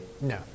No